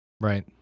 Right